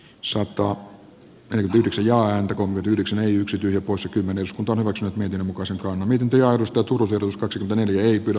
soitto on yksi ja yksi yksityinen vuosikymmeneltä turvesuot miten muka sanoa miten teijaa kosto turusen ruskakselta neliöitten